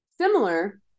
similar